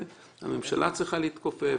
הממשלה צריכה להתכופף,